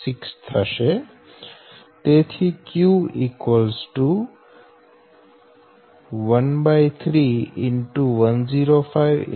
6 થશે તેથી Q 13X 105 X 0